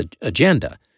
agenda